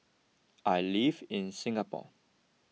I live in Singapore